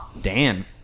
Dan